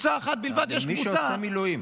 מי שעושה מילואים.